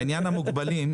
בעניין החשבונות המוגבלים,